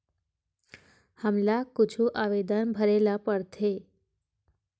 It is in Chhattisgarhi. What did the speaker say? हमला कुछु आवेदन भरेला पढ़थे?